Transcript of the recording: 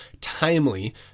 timely